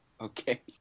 Okay